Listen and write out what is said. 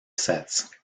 sets